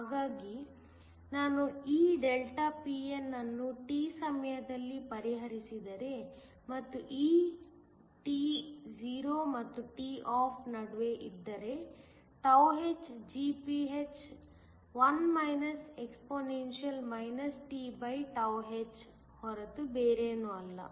ಹಾಗಾಗಿ ನಾನು ಈ ΔPn ಅನ್ನು t ಸಮಯದಲ್ಲಿ ಪರಿಹರಿಸಿದರೆ ಮತ್ತು ಈ t 0 ಮತ್ತು toff ನಡುವೆ ಇದ್ದರೆ hGph1 exp⁡ ಹೊರತು ಬೇರೇನೂ ಅಲ್ಲ